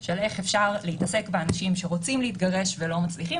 של איך אפשר להתעסק באנשים שרוצים להתגרש ולא מצליחים